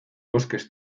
bosques